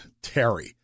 Terry